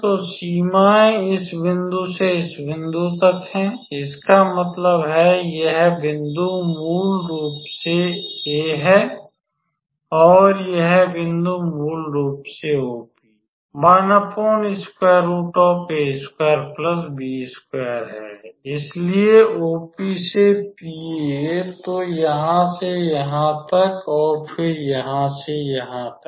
तो सीमाएं इस बिंदु से इस बिंदु तक हैं इसका मतलब है यह बिंदु मूल रूप से A है और यह बिंदु मूल रूप से OP है इसलिए OP से PA तो यहां से यहां तक और फिर यहां से यहां तक